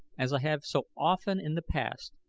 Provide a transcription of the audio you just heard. as i have so often in the past,